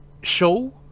show